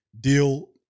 deal